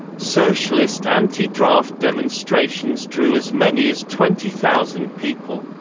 socialist anti-draft demonstrations drew as many as twenty thousand people.